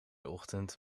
ochtend